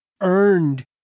earned